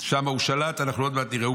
שם הוא שלט, אנחנו עוד מעט נראה.